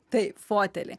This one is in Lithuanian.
taip fotelį